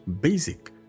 BASIC